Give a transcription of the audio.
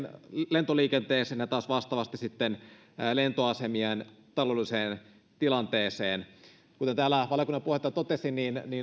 lentoliikenteeseen ja taas vastaavasti sitten lentoasemien taloudelliseen tilanteeseen kuten täällä valiokunnan puheenjohtaja totesi